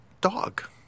dog